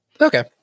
Okay